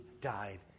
died